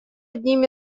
одним